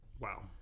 Wow